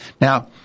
Now